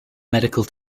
medical